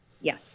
Yes